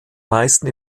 meisten